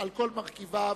קבוצת